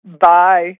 Bye